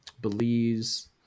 Belize